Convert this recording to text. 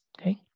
okay